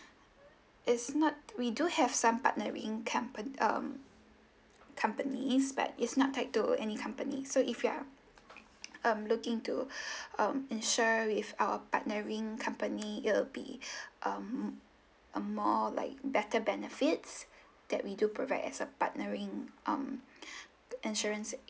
is not we do have some partnering compa~ um companies but is not tied to any company so if you're um looking into um insure with our partnering company it will be um a more like better benefits that we do provide as a partnering um insurance